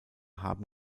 haben